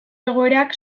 egoerak